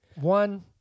one